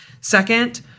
Second